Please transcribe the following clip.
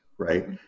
Right